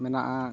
ᱢᱮᱱᱟᱜᱼᱟ